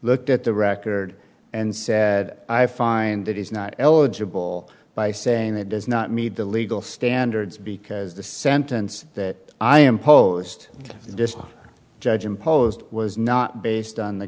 looked at the record and said i find it is not eligible by saying that does not meet the legal standards because the sentence that i am opposed is just a judge imposed was not based on the